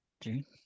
June